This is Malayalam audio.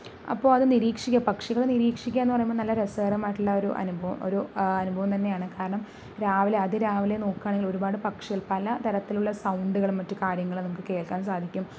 അപ്പോൾ അത് നിരീക്ഷിക്കുക പക്ഷികളെ നിരീക്ഷിക്കുക എന്ന് പറയുമ്പോൾ നല്ല രസകരമായിട്ടുള്ള ഒരു അനുഭവം ഒരു അനുഭവം തന്നെയാണ് കാരണം രാവിലെ അതിരാവിലെ നോക്കുകയാണെങ്കിൽ ഒരുപാട് പക്ഷികൾ പല തരത്തിലുള്ള സൗണ്ടുകളും മറ്റ് കാര്യങ്ങളും നമുക്ക് കേൾക്കാൻ സാധിക്കും